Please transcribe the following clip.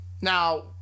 Now